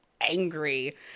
angry